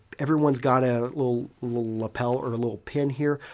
everyone's got a little lapel or a little pin here.